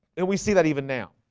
and we see that even now